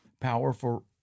powerful